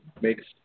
makes